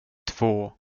två